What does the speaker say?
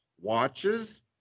watches